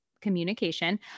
communication